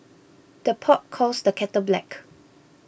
the pot calls the kettle black